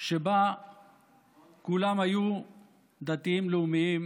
שבה כולם היו דתיים-לאומיים,